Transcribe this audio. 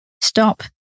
stop